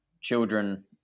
children